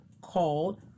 called